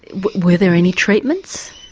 were there any treatments?